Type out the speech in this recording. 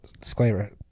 disclaimer